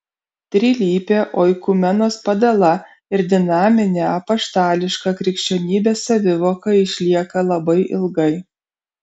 trilypė oikumenos padala ir dinaminė apaštališka krikščionybės savivoka išlieka labai ilgai